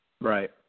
Right